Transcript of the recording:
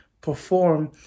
perform